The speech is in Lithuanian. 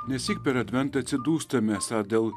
nesyk per adventą atsidūstame esą dėl